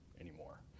anymore